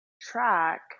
track